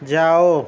جاؤ